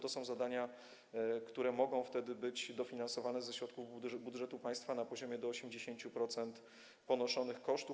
To są zadania, które mogą być dofinansowane ze środków budżetu państwa na poziomie do 80% ponoszonych kosztów.